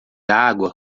água